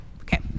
okay